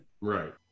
Right